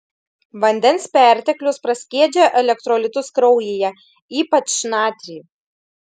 vandens perteklius praskiedžia elektrolitus kraujyje ypač natrį